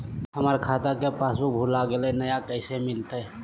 हमर खाता के पासबुक भुला गेलई, नया कैसे मिलतई?